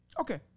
Okay